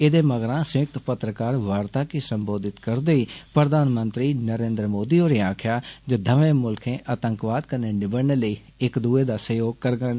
ऐदे मगरां संयुक्त पत्रकार वार्ता गी सम्बोधत करदे होई प्रधानमंत्री नरेन्द्र मोदी होरें आक्खेआ जे दवै मुल्खें आतंकवाद कन्नै निबड़ने लेई इक दुए दा सहयोग करङन